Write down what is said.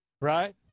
right